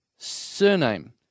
Surname